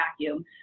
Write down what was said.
vacuum